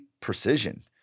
precision